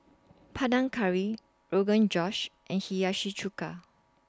Panang Curry Rogan Josh and Hiyashi Chuka